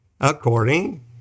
according